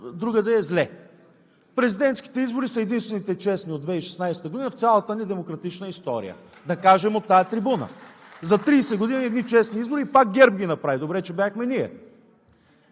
другаде е зле. Президентските избори са единствените честни от 2016 г. в цялата ни демократична история, да кажем от тази трибуна. За тридесет години едни честни избори и пак ГЕРБ ги направи. Добре че бяхме ние!